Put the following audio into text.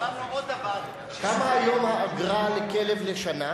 כמה היום האגרה לכלב לשנה?